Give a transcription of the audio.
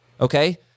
Okay